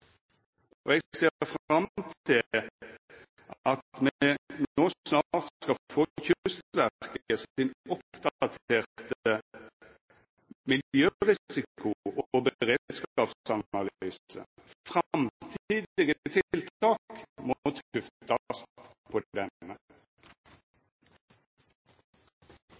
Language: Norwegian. og eg ser fram til at me no snart skal få Kystverket sin oppdaterte miljørisiko- og beredskapsanalyse. Framtidige tiltak må tuftast på denne.